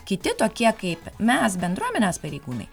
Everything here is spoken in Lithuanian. kiti tokie kaip mes bendruomenės pareigūnai